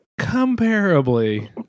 comparably